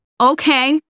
Okay